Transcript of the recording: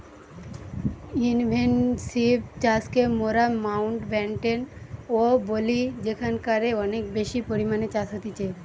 intensive চাষকে মোরা Mountbatten ও বলি যেখানকারে অনেক বেশি পরিমাণে চাষ হতিছে